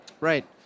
Right